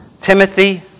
Timothy